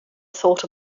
thought